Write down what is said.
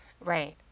right